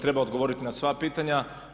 Treba odgovoriti na sva pitanja.